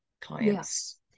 clients